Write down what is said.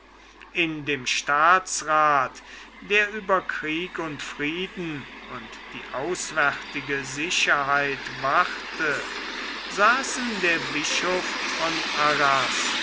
in dem staatsrath der über krieg und frieden und die auswärtige sicherheit wachte saßen der bischof von arras